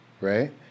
Right